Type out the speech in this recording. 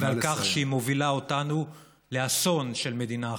ועל כך שהיא מובילה אותנו לאסון של מדינה אחת,